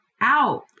out